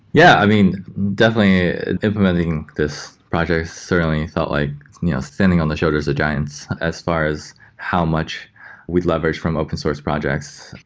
yeah. i mean, definitely implementing this project certainly felt like you know standing on the shoulders of giants as far as how much we leverage from open-source projects.